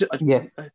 Yes